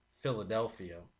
Philadelphia